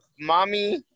mommy